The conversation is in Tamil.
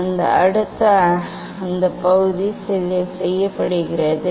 இப்போது அடுத்து அந்த பகுதி செய்யப்படுகிறது